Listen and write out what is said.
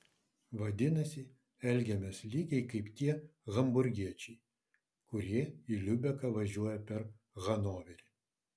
vadinasi elgiamės lygiai kaip tie hamburgiečiai kurie į liubeką važiuoja per hanoverį